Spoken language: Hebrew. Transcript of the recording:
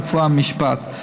הרפואה והמשפט.